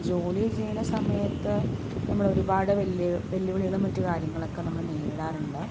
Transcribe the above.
ജോലി ചെയ്യുന്ന സമയത്ത് നമ്മൾ ഒരുപാട് വെല്ല് വെല്ലുവിളികളും മറ്റു കാര്യങ്ങളും ഒക്കെ നമ്മൾ നേരിടാറുണ്ട്